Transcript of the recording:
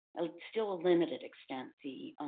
a still a limited extent, the